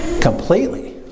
Completely